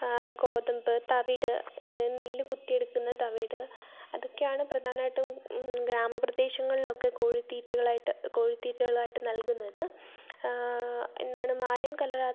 ഗോതമ്പ് തവിട് നെല്ല് കുത്തിയെടുക്കുന്ന തവിട് അതൊക്കെയാണ് പ്രധാനമായിട്ടും ഗ്രാമപ്രദേശങ്ങളിലൊക്കെ കോഴിത്തീറ്റകളായിട്ട് കോഴിത്തീറ്റകളായിട്ട് നൽകുന്നത് എന്നാണ് മായം കലരാത്ത